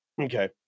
okay